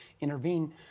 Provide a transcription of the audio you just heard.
intervene